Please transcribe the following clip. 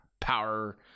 power